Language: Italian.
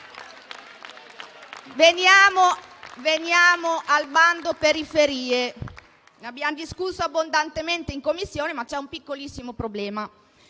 Veniamo al bando periferie, di cui abbiamo discusso abbondantemente in Commissione. C'è un piccolissimo problema: